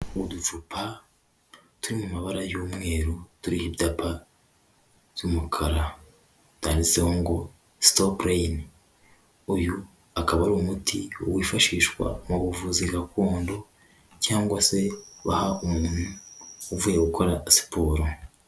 Uducupa turi mu mabara y'umweru, turiho ibyapa by'umukara, byanditseho ngo sitopu reyini, uyu akaba ari umuti wifashishwa mu buvuzi gakondo cyangwa se baha umuntu uvuye gukora siporo.